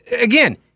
Again